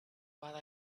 while